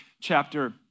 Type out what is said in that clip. chapter